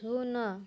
ଶୂନ